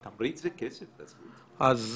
האם